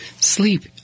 Sleep